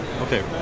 Okay